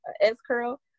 S-curl